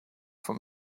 for